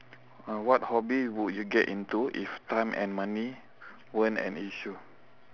ah what hobby would you get into if time and money weren't an issue